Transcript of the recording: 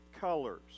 colors